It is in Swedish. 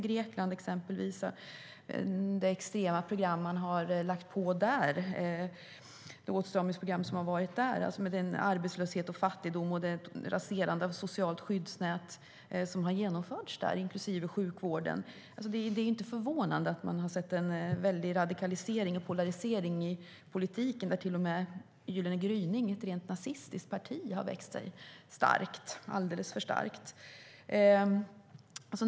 I exempelvis Grekland och det extrema åtstramningsprogram som har genomförts där, med arbetslöshet, fattigdom och raserandet av socialt skyddsnät inklusive sjukvården, är det inte är förvånande att det har blivit en radikalisering och polarisering i politiken. Till och med Gyllene gryning - ett rent nazistiskt parti - har vuxit sig starkt, alldeles för starkt.